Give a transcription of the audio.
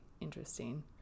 interesting